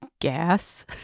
Gas